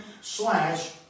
slash